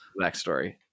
backstory